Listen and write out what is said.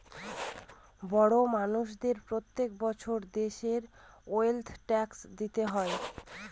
বড় মানষদের প্রত্যেক বছর দেশের ওয়েলথ ট্যাক্স দিতে হয়